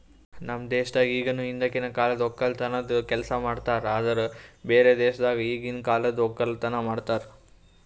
ನಮ್ ದೇಶದಾಗ್ ಇಗನು ಹಿಂದಕಿನ ಕಾಲದ್ ಒಕ್ಕಲತನದ್ ಕೆಲಸ ಮಾಡ್ತಾರ್ ಆದುರ್ ಬ್ಯಾರೆ ದೇಶದಾಗ್ ಈಗಿಂದ್ ಕಾಲದ್ ಒಕ್ಕಲತನ ಮಾಡ್ತಾರ್